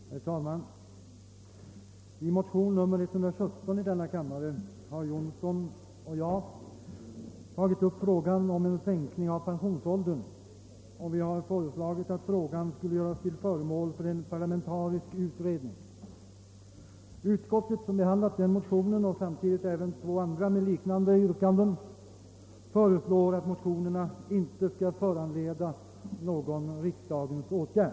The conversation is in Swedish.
Herr talman! I motion nr 117 i denna kammare har herr Jonsson och jag tagit upp frågan om en sänkning av pensionsåldern, och vi har föreslagit att frågan skulle göras till föremål för en parlamentarisk utredning. Utskottet, som behandlat den motionen och samtidigt även två andra med liknande yrkanden, föreslår att motionerna inte skall föranleda någon riksdagens åtgärd.